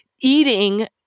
eating